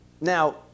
now